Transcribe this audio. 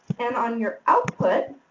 and, on your output